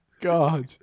god